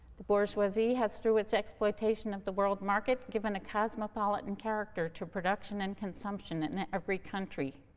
the bourgeoisie has, through its exploitation of the world market, given a cosmopolitan character to production and consumption in every country.